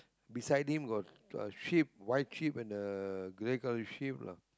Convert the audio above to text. beside him got a sheep white sheep and the grey colour sheep lah